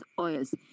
oils